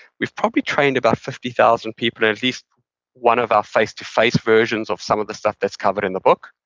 we've probably trained about fifty thousand people in at least one of our face-to-face versions of some of the stuff that's covered in the book